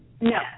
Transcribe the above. No